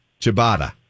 ciabatta